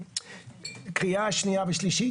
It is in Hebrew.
קריאה שנייה ושלישית,